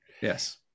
Yes